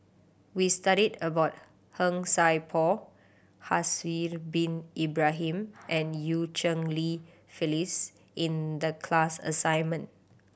we studied about Han Sai Por Haslir Bin Ibrahim and Eu Cheng Li Phyllis in the class assignment